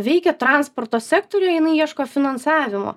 veikia transporto sektoriuj jinai ieško finansavimo